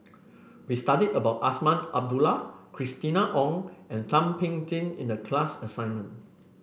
we studied about Azman Abdullah Christina Ong and Thum Ping Tjin in the class assignment